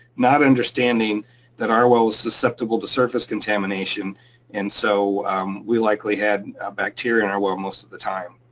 not understanding that our well was susceptible to surface contamination and so we likely had bacteria in our well most of the time.